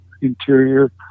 interior